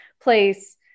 place